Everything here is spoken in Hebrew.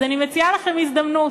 אז אני מציעה לכם הזדמנות: